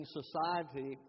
society